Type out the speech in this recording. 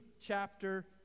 chapter